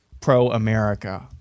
pro-America